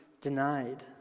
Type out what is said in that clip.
denied